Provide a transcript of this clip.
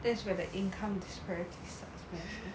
that's where the income disparities starts man